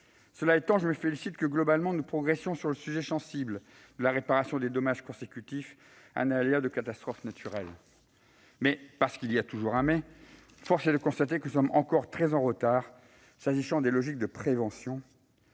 Cela étant, je me félicite que nous progressions globalement sur le sujet sensible de la réparation des dommages consécutifs à une catastrophe naturelle. Mais, parce qu'il y a toujours un « mais », force est de constater que nous sommes encore très en retard quant aux logiques de prévention.